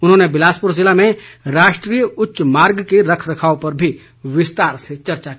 उन्होंने बिलासपुर जिले में राष्ट्रीय उच्च मार्ग के रखरखाव पर भी विस्तार से चर्चा की